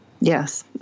Yes